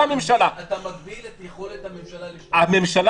אתה מגביל את יכולת הממשלה --- לממשלה